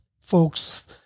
folks